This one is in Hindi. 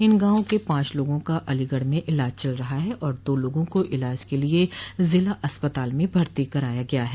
इन गांवों के पांच लोगों का अलीगढ में इलाज चल रहा है और दो लोगों को इलाज के लिए जिला अस्पताल में भर्ती कराया गया है